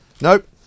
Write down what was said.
Nope